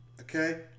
Okay